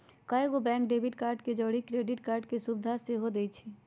कएगो bank debit card के जौरही क्रेडिट कार्ड के सुभिधा सेहो देइ छै